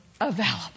available